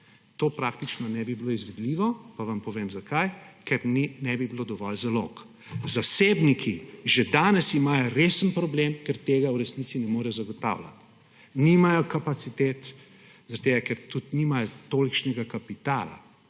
to praktično ne bi bilo izvedljivo. Pa vam povem zakaj? Ker ne bi bilo dovolj zalog. Zasebniki imajo že danes resen problem, ker tega v resnici ne morejo zagotavljati. Nimajo kapacitet zaradi tega, ker tudi nimajo tolikšnega kapitala,